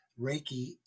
Reiki